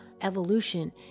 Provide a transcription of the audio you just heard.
evolution